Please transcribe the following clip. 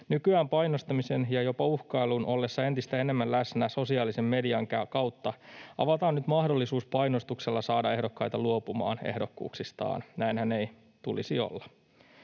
Nykyään painostamisen ja jopa uhkailun ollessa entistä enemmän läsnä sosiaalisen median kautta avataan mahdollisuus painostuksella saada ehdokkaita luopumaan ehdokkuuksistaan. Näinhän ei tulisi olla.